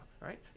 right